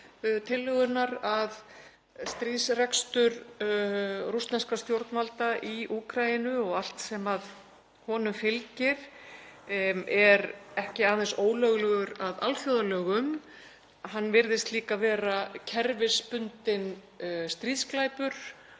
tillögunnar, að stríðsrekstur rússneskra stjórnvalda í Úkraínu og allt sem honum fylgir er ekki aðeins ólöglegur að alþjóðalögum, hann virðist líka vera kerfisbundinn stríðsglæpur,